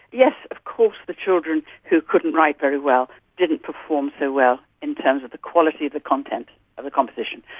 yes, of course the children who couldn't write very well didn't perform so well in terms of the quality of the content of the composition.